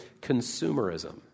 consumerism